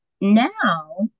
now